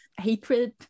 hatred